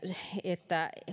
että